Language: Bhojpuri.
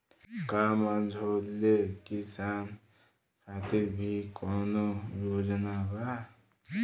का मझोले किसान खातिर भी कौनो योजना बा?